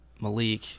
malik